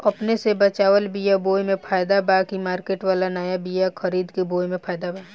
अपने से बचवाल बीया बोये मे फायदा बा की मार्केट वाला नया बीया खरीद के बोये मे फायदा बा?